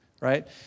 right